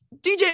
DJ